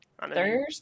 Thursday